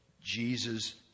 Jesus